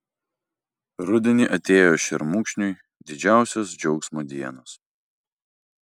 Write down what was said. rudenį atėjo šermukšniui didžiausios džiaugsmo dienos